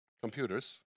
computers